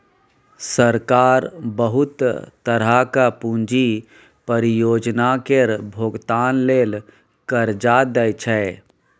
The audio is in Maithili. सरकार बहुत तरहक पूंजी परियोजना केर भोगतान लेल कर्जा दइ छै